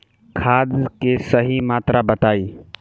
खाद के सही मात्रा बताई?